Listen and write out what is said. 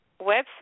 website